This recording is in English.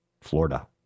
Florida